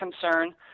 concern